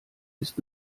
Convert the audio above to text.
ist